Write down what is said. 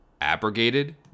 abrogated